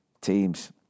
teams